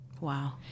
Wow